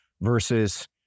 versus